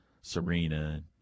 Serena